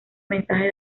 mensajes